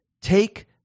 take